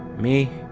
me,